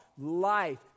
life